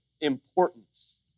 importance